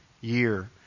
year